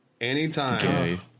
anytime